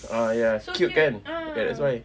uh ya cute kan ya that's why